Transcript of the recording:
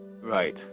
right